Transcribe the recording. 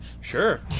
Sure